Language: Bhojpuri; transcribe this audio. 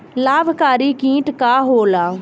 लाभकारी कीट का होला?